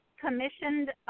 commissioned